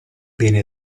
beni